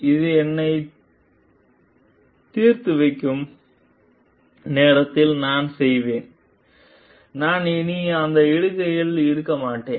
இது என்னைத் தீர்த்துவைக்கும் நேரத்தில் நான் செய்வேன் நான் இனி அந்த இடுகையில் இருக்க மாட்டேன்